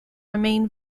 remain